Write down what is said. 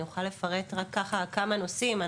אני יכולה לפרט כמה נושאים.